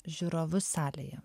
žiūrovus salėje